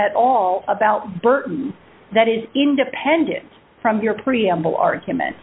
at all about burton that is independent from your preamble argument